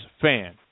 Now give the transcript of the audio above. fan